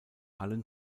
allen